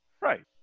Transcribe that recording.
Right